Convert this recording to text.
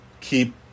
keep